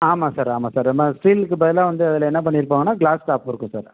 ஆமாம் சார் ஆமாம் சார் நம்ம ஸ்டீல்க்கு பதிலாக வந்து அதில் என்ன பண்ணிருப்பாங்கன்னால் க்ளாஸ் டாப் இருக்கும் சார்